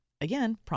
Again